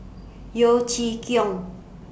Yeo Chee Kiong